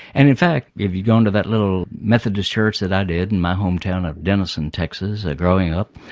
and in fact if you go into that little methodist church that i did in my home town of denison texas growing up,